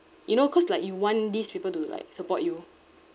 you know cause like you want these people to like support you